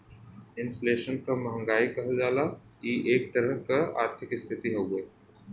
inflation क महंगाई कहल जाला इ एक तरह क आर्थिक स्थिति हउवे